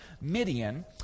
Midian